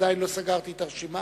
עדיין לא סגרתי את הרשימה.